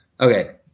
Okay